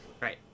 Right